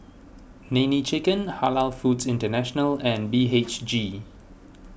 Nene Chicken Halal Foods International and B H G